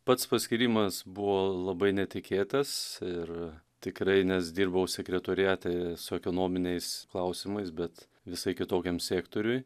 pats paskyrimas buvo labai netikėtas ir tikrai nes dirbau sekretoriate su ekonominiais klausimais bet visai kitokiam sektoriuj